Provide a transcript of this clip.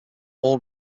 all